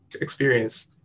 experience